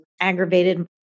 aggravated